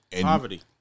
Poverty